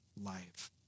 life